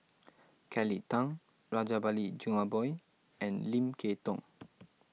Kelly Tang Rajabali Jumabhoy and Lim Kay Tong